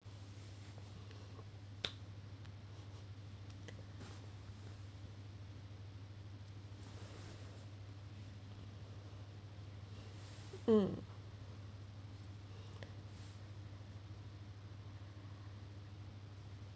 um